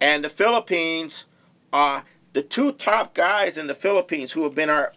and the philippines are the two top guys in the philippines who have been our